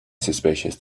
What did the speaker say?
suspicious